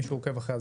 נמשיך.